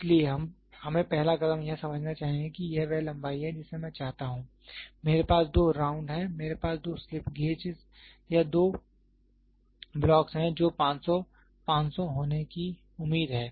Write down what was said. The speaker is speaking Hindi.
इसलिए हमें पहला कदम यह समझना चाहिए कि यह वह लंबाई है जिसे मैं चाहता हूं मेरे पास दो राउंड हैं मेरे पास दो स्लिप गेज या दो ब्लॉक हैं जो 500 500 होने की उम्मीद है